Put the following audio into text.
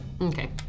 Okay